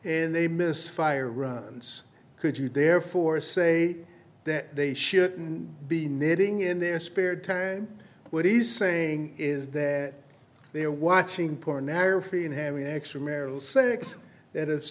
and they misfire runs could you therefore say that they shouldn't be knitting in their spare time what he's saying is that they're watching pornography and having extramarital sex that i